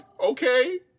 okay